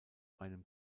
einem